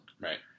Right